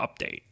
update